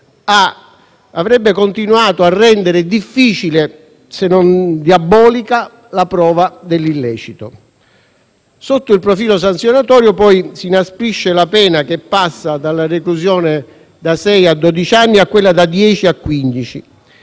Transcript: avrebbe continuato a rendere difficile, se non diabolica, la prova dell'illecito. Sotto il profilo sanzionatorio, poi, si inasprisce la pena, che passa dalla reclusione da sei a dodici anni a quella da dieci